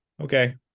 okay